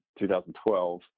2012